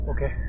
Okay